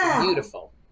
beautiful